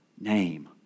Name